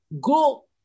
go